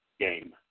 game